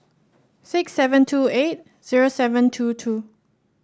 six seven two eight zero seven two two